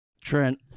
Trent